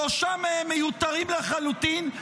שלושה מהם מיותרים לחלוטין,